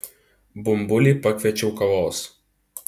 bumbulį pakviečiau kavos